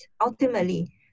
ultimately